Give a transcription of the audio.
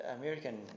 American